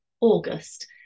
August